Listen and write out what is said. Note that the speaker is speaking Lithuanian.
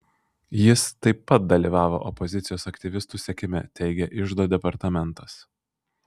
jis taip pat dalyvavo opozicijos aktyvistų sekime teigė iždo departamentas